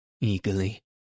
eagerly